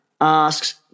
asks